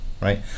right